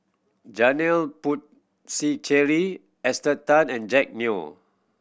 Janil Puthucheary Esther Tan and Jack Neo